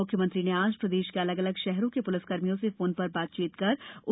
मुख्यमंत्री ने आज प्रदेश के अलग अलग शहरों के पुलिसकर्मियों से फोन पर बातचीत कर उनका हौसला बढ़ाया